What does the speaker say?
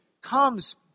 comes